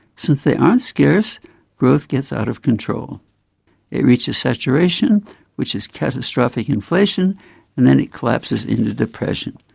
since they aren't scarce growth gets out of control it reaches saturation which is catastrophic inflation and then it collapses into depression.